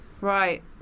Right